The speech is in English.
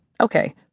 okay